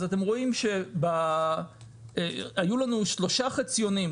אז אתם רואים שהיו לנו שלושה חציונים,